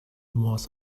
was